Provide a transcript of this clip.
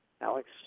Alex